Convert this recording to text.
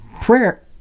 Prayer